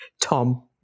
Tom